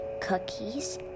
cookies